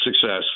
success